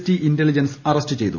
T intelligence arrest ചെയ്തു